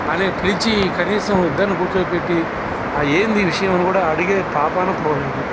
అని పిలిచి కనీసం ఇద్దర్ని కూర్చోబెట్టి ఆ ఎంది విషయం అని కూడ అడిగే పాపాన పోలేదు